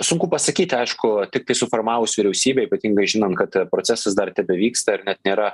sunku pasakyti aišku tiktai suformavus vyriausybę ypatingai žinant kad procesas dar tebevyksta ir net nėra